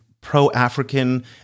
pro-African